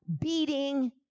beating